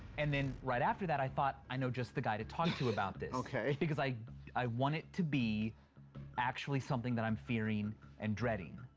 and then right after that, i thought, i know just the guy to talk to about this. okay. because i i want it to be actually something that i'm fearing and dreading.